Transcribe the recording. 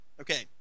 Okay